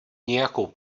nějakou